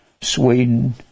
Sweden